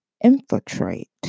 infiltrate